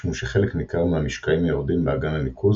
משום שחלק ניכר מהמשקעים היורדים באגן הניקוז